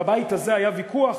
בבית הזה היה ויכוח,